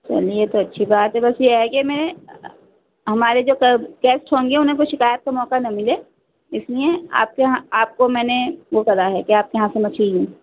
چلیے تو اچھی بات ہے بس یہ ہے کہ میں ہمارے جو سب گیسٹ ہوں گے انہیں کوئی شکایت کا موقع نہ ملے اس لیے آپ سے آپ کو میں نے وہ کرا ہے کہ آپ کے یہاں سے مچھلی لوں